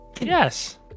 Yes